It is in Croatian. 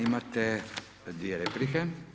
Imate dvije replike.